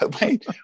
Wait